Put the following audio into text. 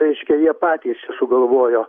reiškia jie patys sugalvojo